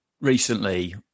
recently